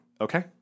okay